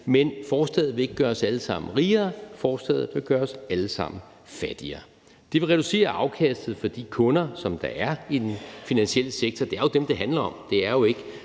men forslaget vil ikke gøre os alle sammen rigere; forslaget vil gøre os alle sammen fattigere. Det vil reducere afkastet for de kunder, som der er i den finansielle sektor. Det er jo dem, det handler om. Det er jo ikke